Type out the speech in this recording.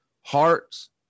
hearts